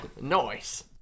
Nice